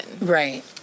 Right